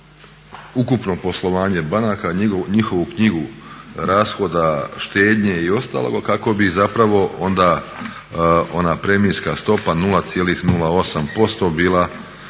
ukupno poslovanje banaka, njihovu knjigu rashoda, štednje i ostalog kako bi zapravo onda ona premijska stopa 0,08% bila